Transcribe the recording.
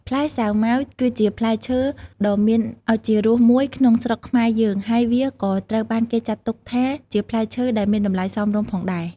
ផ្លែសាវម៉ាវ គឺជាផ្លែឈើដ៏មានឱជារសមួយក្នុងស្រុកខ្មែរយើង ហើយវាក៏ត្រូវបានគេចាត់ទុកថា ជាផ្លែឈើដែលមានតម្លៃសមរម្យផងដែរ។